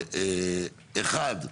אחד,